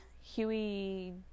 huey